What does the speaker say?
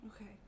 okay